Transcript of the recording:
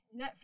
Netflix